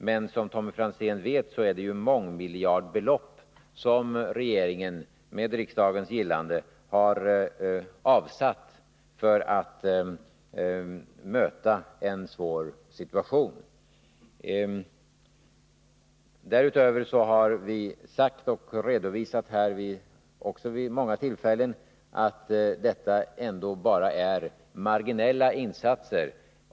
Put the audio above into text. Men som Tommy Franzén vet är det mångmiljardbelopp som regeringen med riksdagens gillande har avsatt för att kunna möta en svår situation. Därutöver har vi sagt, och också redovisat här vid många tillfällen, att detta ändå bara är marginella insatser.